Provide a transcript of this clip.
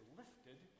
lifted